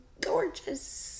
Gorgeous